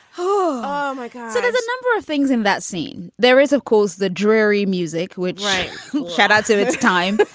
oh, my god so there's a number of things in that scene. there is, of course, the dreary music which shattered. so it's time.